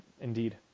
indeed